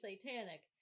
satanic